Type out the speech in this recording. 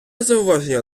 зауваження